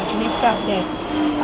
actually felt that